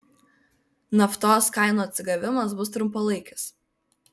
naftos kainų atsigavimas bus trumpalaikis